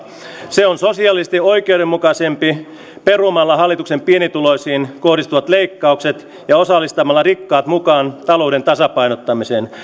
se on sosiaalisesti oikeudenmukaisempi kun se peruu hallituksen pienituloisiin kohdistuvat leikkaukset ja osallistaa rikkaat mukaan talouden tasapainottamiseen